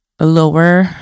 lower